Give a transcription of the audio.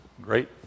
great